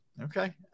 Okay